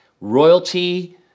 royalty